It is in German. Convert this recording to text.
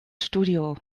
studio